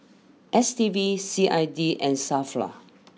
S T B C I D and Safra